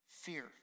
Fear